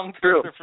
true